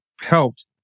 helped